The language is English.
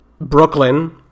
Brooklyn